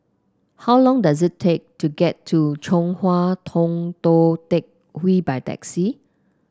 how long does it take to get to Chong Hua Tong Tou Teck Hwee by taxi